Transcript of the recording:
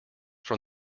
from